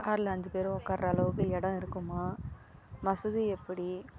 காரில் அஞ்சு பேரும் உட்காருகிற அளவுக்கு இடம் இருக்குமா வசதி எப்படி